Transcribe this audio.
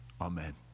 Amen